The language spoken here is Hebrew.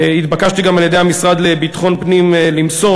התבקשתי גם על-ידי המשרד לביטחון פנים למסור